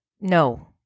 no